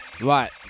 right